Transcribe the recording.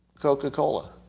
Coca-Cola